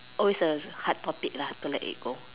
always a hard topic lah to let it go